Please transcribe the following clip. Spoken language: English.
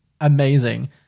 amazing